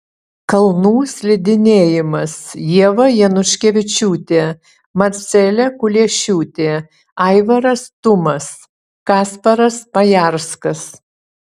kalnų slidinėjimas ieva januškevičiūtė marcelė kuliešiūtė aivaras tumas kasparas pajarskas